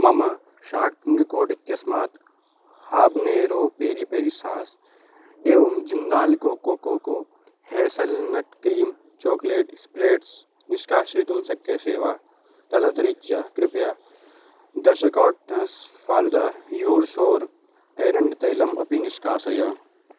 मम shocking coat इत्यस्मात् habanero peri peri sauce एवं Jindal coco coco hazelnut cream chocolate spreads निष्कासयितुं शक्यसे वा तदतिरिच्य कृपया दश कार्टनस् फ़ाल्दा यूर् शोर् ऐरण्ड् तैलम् अपि निष्कासय